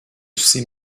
see